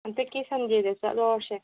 ꯍꯟꯗꯛꯀꯤ ꯁꯟꯗꯦꯗ ꯆꯠꯂꯨꯔꯁꯦ